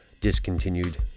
discontinued